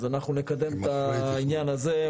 אז אנחנו נקדם את העניין הזה,